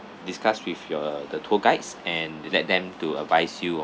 discuss with your the tour guides and let them to advise you